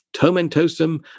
Tomentosum